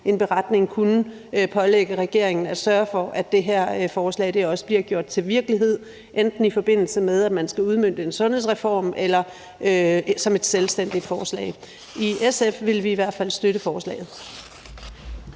en beretning kunne pålægge regeringen at sørge for, at det her forslag også bliver gjort til virkelighed, enten i forbindelse med at man skal udmønte en sundhedsreform eller som et selvstændigt forslag. I SF ville vi i hvert fald støtte forslaget.